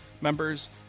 members